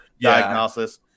diagnosis